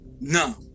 no